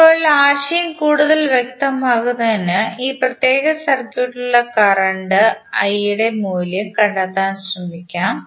ഇപ്പോൾ ആശയം കൂടുതൽ വ്യക്തമാക്കുന്നതിന് ഈ പ്രത്യേക സർക്യൂട്ടിൽ ഉള്ള കറന്റ് ന്റെ മൂല്യം കണ്ടെത്താൻ ശ്രമിക്കാം